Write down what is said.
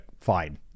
fine